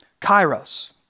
Kairos